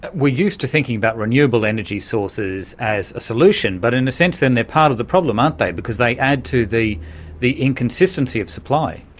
and we're used to thinking about renewable energy sources as a solution, but in a sense then they are part of the problem, aren't they, because they add to the the inconsistency of supply.